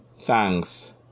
thanks